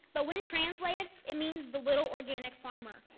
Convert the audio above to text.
but when translated, it means the little organic farmer.